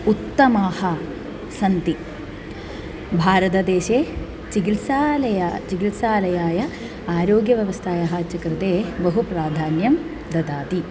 उत्तमाः सन्ति भारतदेशे चिकित्सालयः चिकित्सालयाय आरोग्यव्यवस्थायाः च कृते बहु प्राधान्यं ददाति